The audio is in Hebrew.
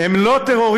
"הם לא טרוריסטים,